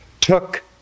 Took